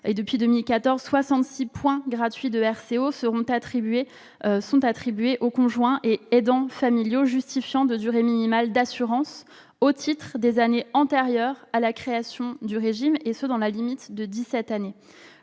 Depuis 2014, 66 points gratuits de RCO sont attribués aux conjoints et aux aidants familiaux justifiant d'une durée minimale d'assurance au titre des années antérieures à la création du régime, et ce dans la limite de dix-sept années.